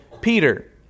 Peter